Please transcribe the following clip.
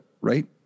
right